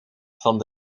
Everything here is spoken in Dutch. van